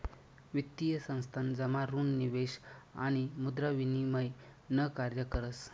वित्तीय संस्थान जमा ऋण निवेश आणि मुद्रा विनिमय न कार्य करस